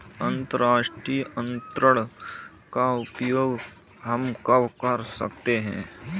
अंतर्राष्ट्रीय अंतरण का प्रयोग हम कब कर सकते हैं?